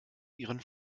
ihren